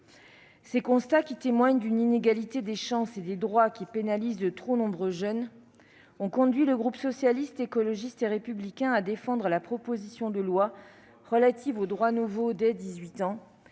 Ces constats, qui témoignent d'une inégalité des chances et des droits qui pénalise de trop nombreux jeunes, ont conduit le groupe Socialiste, Écologiste et Républicain à défendre la proposition de loi relative aux droits nouveaux dès 18 ans